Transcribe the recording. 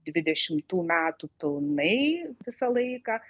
dvidešimtų metų pilnai visą laiką